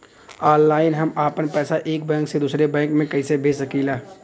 Online हम आपन पैसा एक बैंक से दूसरे बैंक में कईसे भेज सकीला?